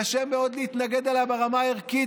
קשה מאוד להתנגד לה ברמה הערכית,